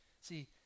See